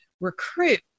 recruit